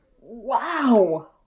Wow